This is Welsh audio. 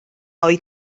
oedd